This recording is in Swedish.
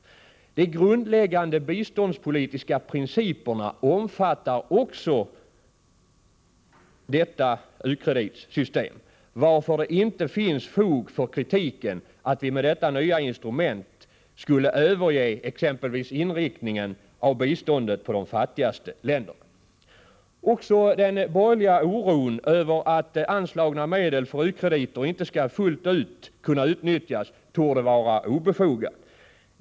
De grundläggande biståndspolitiska principerna omfattar också detta u-kreditsystem, varför det inte finns fog för kritiken att vi med detta nya instrument skulle överge exempelvis inriktningen av biståndet på de fattigaste länderna. Också den borgerliga oron över att anslagna medel för u-krediter inte skall fullt ut kunna utnyttjas torde vara obefogad.